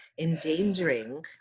endangering